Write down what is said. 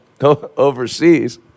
overseas